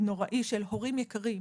וואטסאפ הנוראית של "הורים יקרים"